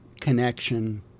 connection